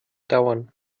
dauern